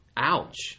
ouch